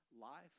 life